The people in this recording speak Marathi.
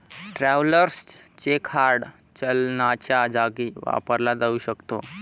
ट्रॅव्हलर्स चेक हार्ड चलनाच्या जागी वापरला जाऊ शकतो